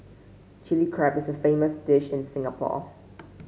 Chilli Crab is a famous dish in Singapore